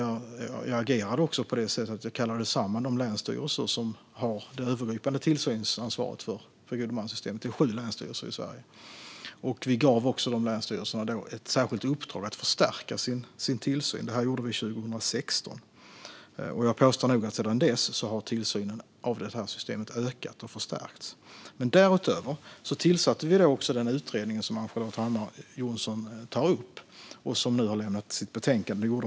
Jag agerade också på det sättet att jag kallade samman de sju länsstyrelser i Sverige som har det övergripande tillsynsansvaret för godmanssystemet. Vi gav dessa länsstyrelser ett särskilt uppdrag att förstärka sin tillsyn. Det gjorde vi 2016. Jag påstår att sedan dess har tillsynen av systemet ökat och förstärkts. Därutöver tillsatte vi den utredning som Ann-Charlotte Hammar Johnsson tog upp och som förra året lämnade sitt betänkande.